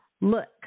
Look